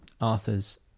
Arthur's